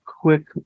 quick